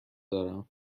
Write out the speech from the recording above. دارم